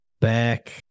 back